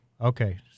Okay